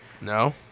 No